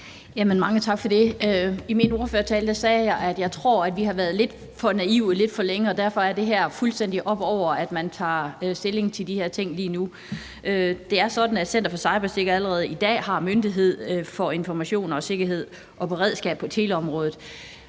I min ordførertale sagde jeg, at jeg tror, at vi har været lidt for naive lidt for længe, og derfor er det her fuldstændig op over, at man tager stilling til de her ting lige nu. Det er sådan, at Center for Cybersikkerhed allerede i dag er myndighed for information og sikkerhed og beredskab på teleområdet.